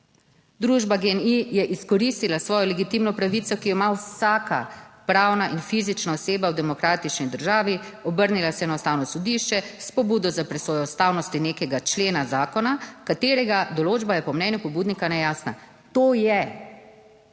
Družba GEN-I je izkoristila svojo legitimno pravico, ki jo ima vsaka pravna in fizična oseba v demokratični državi. Obrnila se je na Ustavno sodišče s pobudo za presojo ustavnosti nekega člena zakona, katerega določba je po mnenju pobudnika nejasna. **11.